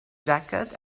jacket